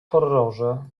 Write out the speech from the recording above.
horrorze